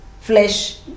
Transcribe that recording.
flesh